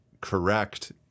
correct